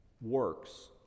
works